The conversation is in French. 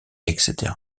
etc